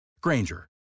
Granger